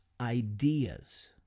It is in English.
ideas